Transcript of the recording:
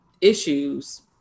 issues